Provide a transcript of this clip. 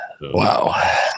Wow